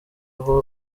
aho